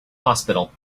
hospital